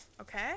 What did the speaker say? Okay